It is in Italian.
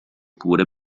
pure